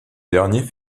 dernier